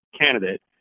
candidate